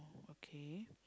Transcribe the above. okay